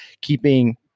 keeping